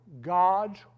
God's